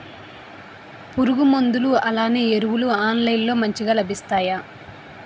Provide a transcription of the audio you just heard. పురుగు మందులు అలానే ఎరువులు ఆన్లైన్ లో మంచిగా లభిస్తాయ?